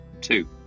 Two